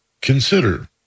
consider